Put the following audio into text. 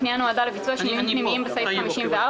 הפנייה נועדה לביצוע של שינויים פנימיים בסעיף 54,